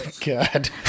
God